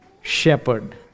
shepherd